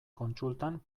kontsultan